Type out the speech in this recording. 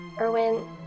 Erwin